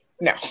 no